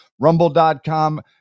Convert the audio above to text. Rumble.com